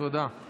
תודה.